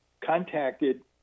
contacted